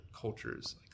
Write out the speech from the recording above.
cultures